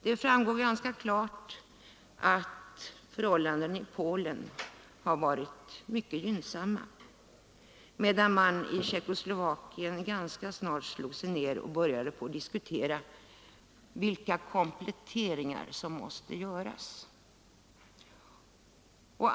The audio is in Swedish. Det framgår klart att erfarenheterna i Polen var mycket gynnsamma, medan man i Tjeckoslovakien ganska snart började diskutera vilka kompletteringar som måste göras.